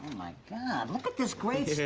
my god, look at this great